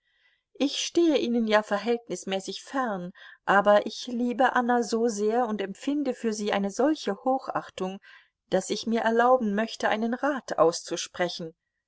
ich stehe ihnen ja verhältnismäßig fern aber ich liebe anna so sehr und empfinde für sie eine solche hochachtung daß ich mir erlauben möchte einen rat aus